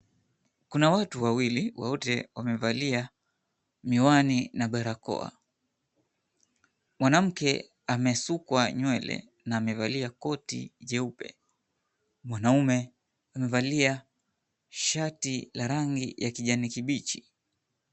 Kuna watu wawili wote wamevalia miwani na barakoa, mwanamke amesukwa nywele na amevalia koti jeupe mwanaume amevalia shati la rangi ya kijani kibichi.